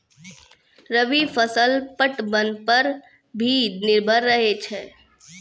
रवि फसल पटबन पर भी निर्भर रहै छै